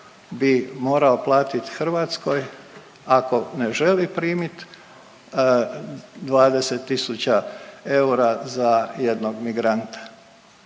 bi morao platiti Hrvatskoj ako ne želi primiti 20000 eura za jednog migranta